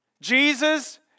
Jesus